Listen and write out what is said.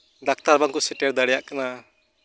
doctor ᱵᱟᱝᱠᱚ ᱥᱮᱴᱮᱨ ᱫᱟᱲᱮᱭᱟᱜ ᱠᱟᱱᱟ